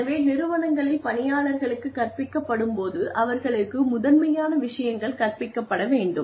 எனவே நிறுவனங்களில் பணியாளர்களுக்குக் கற்பிக்கப்படும்போது அவர்களுக்கு முதன்மையான விஷயங்கள் கற்பிக்கப்பட வேண்டும்